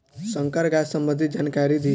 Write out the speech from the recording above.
संकर गाय सबंधी जानकारी दी?